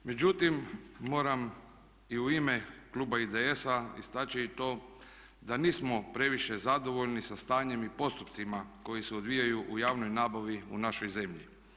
Međutim, moram i u ime kluba IDS-a istaći i to da nismo previše zadovoljni sa stanjem i postupcima koji se odvijaju u javnoj nabavi u našoj zemlji.